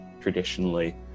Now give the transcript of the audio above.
traditionally